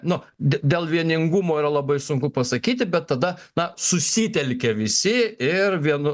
nu d dėl vieningumo yra labai sunku pasakyti bet tada na susitelkia visi ir vienu